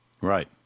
Right